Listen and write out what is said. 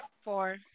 Four